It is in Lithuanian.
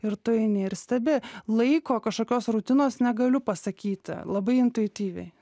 ir tu eini ir stebi laiko kažkokios rutinos negaliu pasakyti labai intuityviai